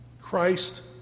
Christ